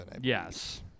Yes